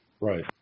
Right